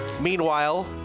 Meanwhile